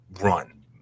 run